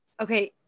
Okay